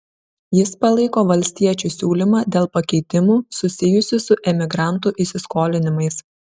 jis palaiko valstiečių siūlymą dėl pakeitimų susijusių su emigrantų įsiskolinimais